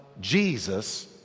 Jesus